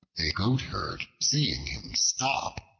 a goat-herd seeing him stop,